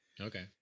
Okay